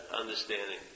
understanding